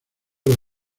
los